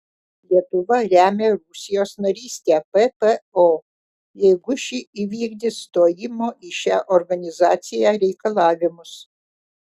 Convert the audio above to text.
lietuva remia rusijos narystę ppo jeigu ši įvykdys stojimo į šią organizaciją reikalavimus